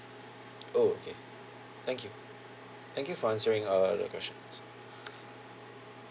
oh okay thank you thank you for answering all the questions